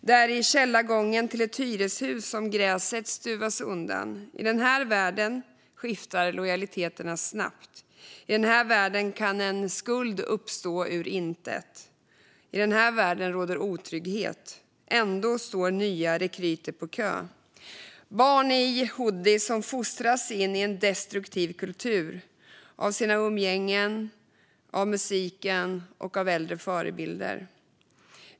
Det är i källargången till ett hyreshus som gräset stuvas undan. I den här världen skiftar lojaliteterna snabbt. I den här världen kan en skuld uppstå ur intet. I den här världen råder otrygghet. Ändå står nya rekryter på kö - barn i hoodies som fostras in i en destruktiv kultur av sitt umgänge, av musiken och av äldre förebilder.